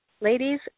ladies